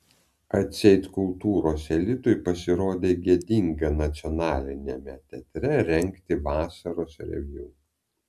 atseit kultūros elitui pasirodė gėdinga nacionaliniame teatre rengti vasaros reviu